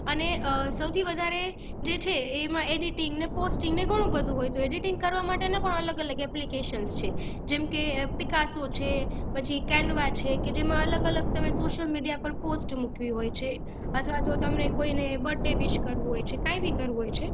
અને સૌથી વધારે જે છે એમાં એડિટિંગ પોસ્ટિંગને ઘણું બધું હોય તો એડિટિંગ કરવા માટેના અલગ અલગ એપ્લિકેશનસ છે જેમકે પિકાસો છે પછી કેન્વા છે કે જેમાં અલગ અલગ તમે સોશિયલ મીડિયા પર પોસ્ટ મૂકવી હોય છે અથવા તો તમને કોઈને બર્થ ડે વિશ કરવું હોય છે કાઇ બી કરવું હોય છે